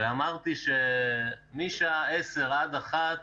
ואמרתי שמשעה 10:00 עד 13:00